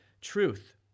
truth